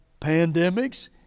pandemics